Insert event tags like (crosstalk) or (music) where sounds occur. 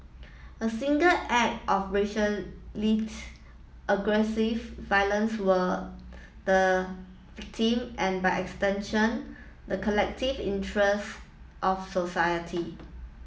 a single act of racially (unintelligible) aggressive violence were the victim and by extension the collective interest of society